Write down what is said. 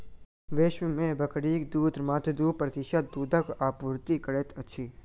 विश्व मे बकरीक दूध मात्र दू प्रतिशत दूधक आपूर्ति करैत अछि